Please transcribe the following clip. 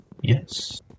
Yes